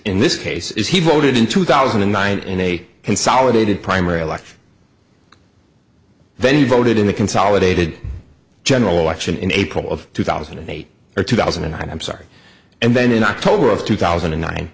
in this case is he voted in two thousand and nine in a consolidated primary election then voted in the consolidated general election in april of two thousand and eight or two thousand and i'm sorry and then in october of two thousand and nine